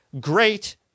great